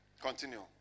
Continue